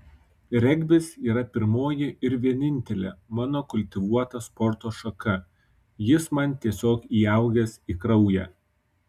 regbis yra pirmoji ir vienintelė mano kultivuota sporto šaka jis man tiesiog įaugęs į kraują